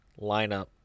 lineup